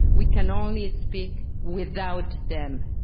we can only speak without them.